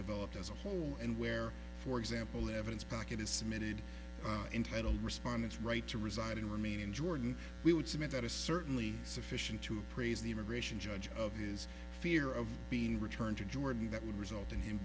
developed as a whole and where for example evidence packet is submitted entitled respondents right to reside in remain in jordan we would submit that is certainly sufficient to appraise the immigration judge of his fear of being returned to jordan that would result in him